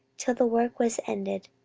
till the work was ended,